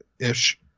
ish